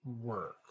work